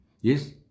Yes